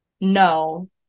no